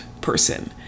person